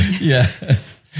Yes